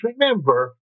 remember